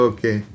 Okay